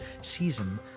season